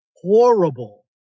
horrible